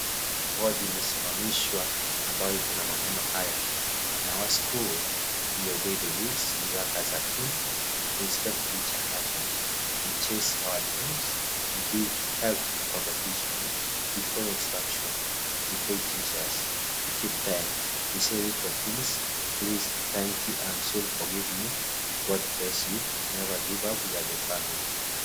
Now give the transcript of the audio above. Bodi imesimamamishwa ambayo iko na maneno haya,(cs)In our school we obey the rules, we work as a team, we respect each other, we chase our dreams, we do heallthy competition, we follow instructions, we obey teachers, we keep time, we say little things:Please, Thank You,I am sorry, Forgive me, God bless you, we never give up, we are the family(cs).